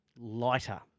lighter